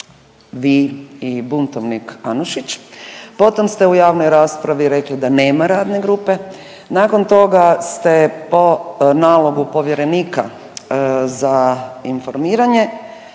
vi i buntovnik Anušić, potom ste u javnoj raspravi rekli da nema radne grupe, nakon toga ste po nalogu povjerenika za informiranje